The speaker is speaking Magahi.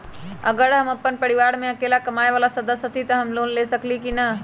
अगर हम अपन परिवार में अकेला कमाये वाला सदस्य हती त हम लोन ले सकेली की न?